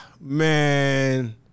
Man